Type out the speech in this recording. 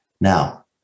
Now